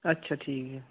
अच्छा ठीक ऐ